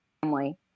family